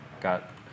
Got